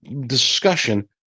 discussion